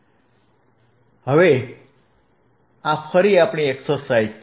હવે આ ફરી આપણી એક્સરસાઇઝ છે